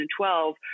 2012